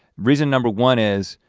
reason number one is